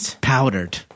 powdered